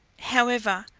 however,